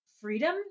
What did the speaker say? freedom